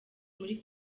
muri